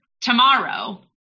tomorrow